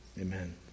Amen